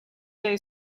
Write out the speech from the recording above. day